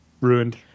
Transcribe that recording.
ruined